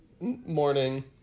morning